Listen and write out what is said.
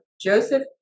Joseph